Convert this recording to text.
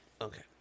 okay